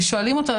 שואלים אותו,